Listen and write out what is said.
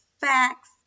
facts